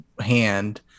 hand